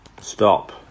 Stop